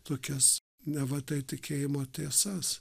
tokias neva tai tikėjimo tiesas